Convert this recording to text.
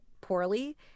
poorly